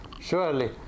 surely